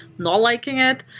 not liking it.